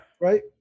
Right